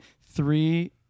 three